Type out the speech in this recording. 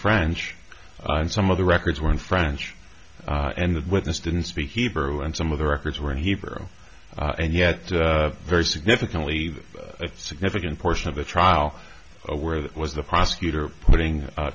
french and some of the records were in french and the witness didn't speak hebrew and some of the records were in hebrew and yet very significantly a significant portion of the trial where that was the prosecutor putting